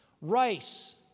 rice